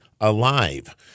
alive